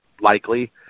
likely